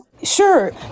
Sure